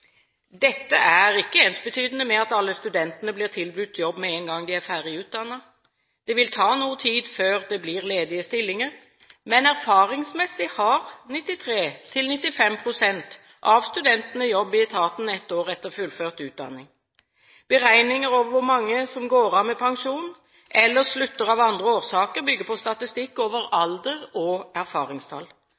Dette er ikke ensbetydende med at alle studentene blir tilbudt jobb med en gang de er ferdig utdannet. Det vil ta noe tid før det blir ledige stillinger, men erfaringsmessig har 93–95 pst. av studentene jobb i etaten ett år etter fullført utdanning. Beregninger over hvor mange som går av med pensjon, eller slutter av andre årsaker, bygger på statistikk over alder og erfaringstall.